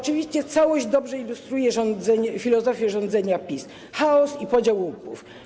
Całość dobrze ilustruje filozofię rządzenia PiS: chaos i podział łupów.